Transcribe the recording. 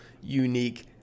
unique